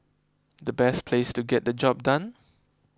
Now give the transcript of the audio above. the best place to get the job done